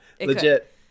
Legit